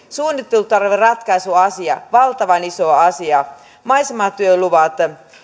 suunnittelutarveratkaisuasia valtavan iso asia ja maisematyöluvat